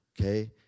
okay